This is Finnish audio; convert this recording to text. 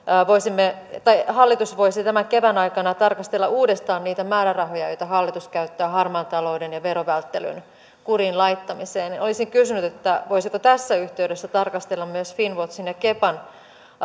hallitus voisi tämän kevään aikana tarkastella uudestaan niitä määrärahoja joita hallitus käyttää harmaan talouden ja verovälttelyn kuriin laittamiseen olisin kysynyt voisiko tässä yhteydessä tarkastella myös finnwatchin ja kepan